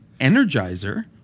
Energizer